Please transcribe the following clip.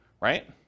right